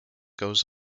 goes